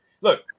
look